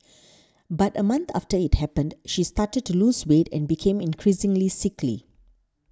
but a month after it happened she started to lose weight and became increasingly sickly